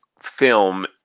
film